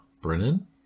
Brennan